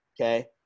okay